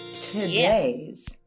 Today's